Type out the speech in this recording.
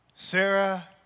Sarah